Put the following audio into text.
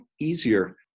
easier